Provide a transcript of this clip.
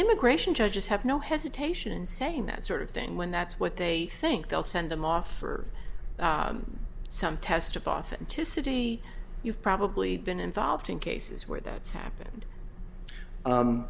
immigration judges have no hesitation in saying that sort of thing when that's what they think they'll send them off for some test of authenticity you've probably been involved in cases where that's happened